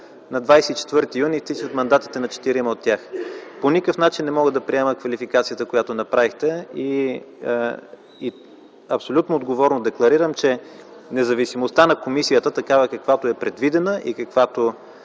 на 24 юни изтичат мандатите на четирима от тях. По никакъв начин не мога да приема квалификацията, която направихте. Абсолютно отговорно декларирам, че независимостта на комисията, такава каквато е предвидена и каквато